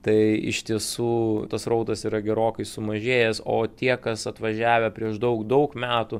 tai iš tiesų tas srautas yra gerokai sumažėjęs o tie kas atvažiavę prieš daug daug metų